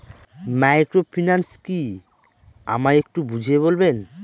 Microfinance কি আমায় একটু বুঝিয়ে বলবেন?